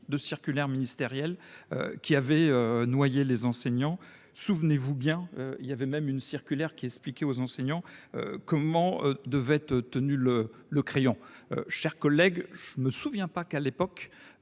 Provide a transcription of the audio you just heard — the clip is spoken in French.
de circulaires ministérielles qui avaient noyé les enseignants. Souvenez-vous : il y avait même une circulaire qui expliquait aux enseignants comment devait être tenu le crayon ! Chers collègues, je ne me souviens pas qu'à l'époque,